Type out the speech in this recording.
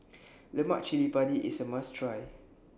Lemak Cili Padi IS A must Try